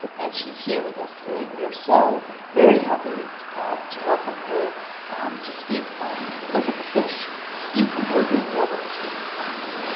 and she's here with us today. we are so very happy to welcome her to speak on look at the fish decomposing global histories of science.